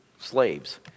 slaves